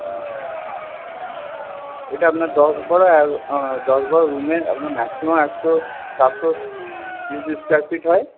হ্যাঁ ওইটা আপনার দশ বারো দশ বারো রুমে আপনার ম্যাক্সিম্যাম একশো চারশো স্কোয়ার ফিট হয়